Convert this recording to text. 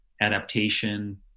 adaptation